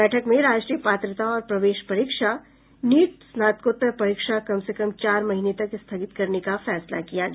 बैठक में राष्ट्रीय पात्रता और प्रवेश परीक्षा नीट स्नातकोत्तर परीक्षा कम से कम चार महीने तक स्थगित करने का फैसला किया गया